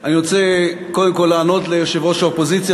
אני רוצה קודם כול לענות ליושבת-ראש האופוזיציה